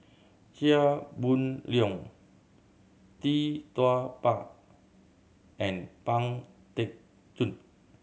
Chia Boon Leong Tee Tua Ba and Pang Teck Joon